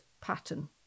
pattern